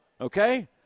Okay